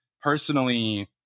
personally